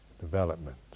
development